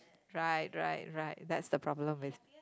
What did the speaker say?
right right right that's the problem with